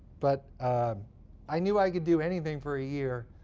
but i knew i could do anything for a year,